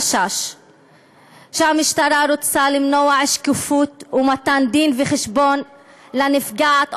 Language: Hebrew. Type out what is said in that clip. שהמשטרה רוצה למנוע שקיפות ומתן דין-וחשבון לנפגעת,